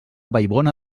vallbona